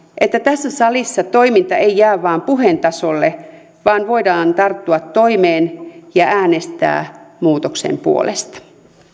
että tässä salissa toiminta ei jää vain puheen tasolle vaan voidaan tarttua toimeen ja äänestää muutoksen puolesta